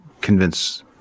convince